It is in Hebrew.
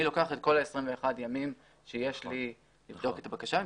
לוקחים את כל ה-21 ימים שיש לכם לבדוק את הבקשה.